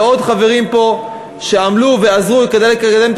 ועוד חברים פה שעמלו ועזרו כדי לקדם את